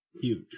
huge